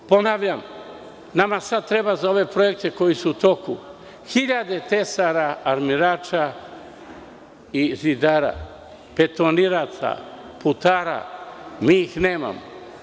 Ponavljam, nama sada treba za ove projekte koji su u toku hiljade tesara, armirača i zidara, betoniraca, putara, a mi ih nemamo.